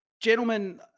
gentlemen